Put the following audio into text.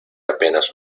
apenas